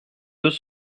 deux